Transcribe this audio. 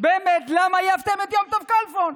באמת למה העפתם את יום טוב כלפון.